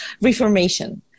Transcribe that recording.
reformation